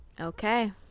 okay